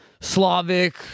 Slavic